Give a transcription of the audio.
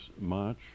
March